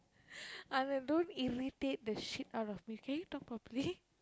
Anand don't irritate the shit out of me can you talk properly